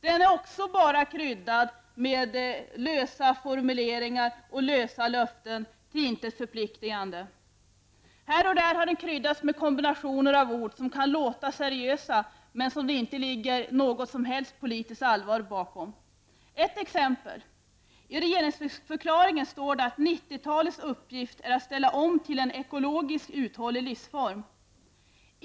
Den är också bara kryddad med lösa formuleringar och lösa löften till intet förpliktigande. Här och där har den kryddats med kombinationer av ord som kan låta seriösa men som det inte ligger något som helst politiskt allvar bakom. Jag skall ge ett exempel. I regeringsförklaringen står det att 90-talets uppgift är att ställa om till en ekologiskt uthållig livsform.